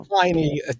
tiny